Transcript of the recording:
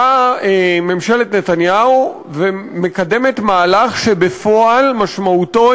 באה ממשלת נתניהו ומקדמת מהלך שבפועל משמעותו